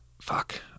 fuck